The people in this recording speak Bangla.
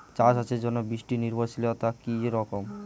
চা চাষের জন্য বৃষ্টি নির্ভরশীলতা কী রকম?